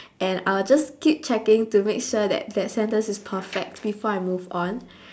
and I'll just keep checking to make sure that that sentence is perfect before I move on